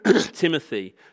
Timothy